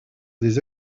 des